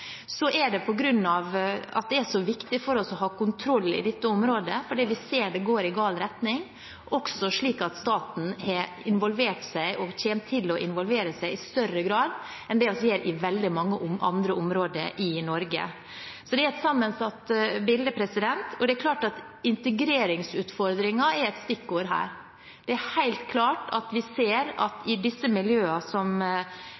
Så er det, på grunn av at det er så viktig for oss å ha kontroll på dette området fordi vi ser det går i gal retning, også slik at staten har involvert seg – og kommer til å involvere seg – i større grad enn det vi gjør på veldig mange andre områder i Norge. Så det er et sammensatt bilde. Det er klart at integreringsutfordringen er et stikkord her. Det er helt klart at vi ser at